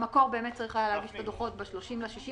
במקור צריך היה להגיש את הדוחות ב-30 ביוני,